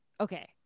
okay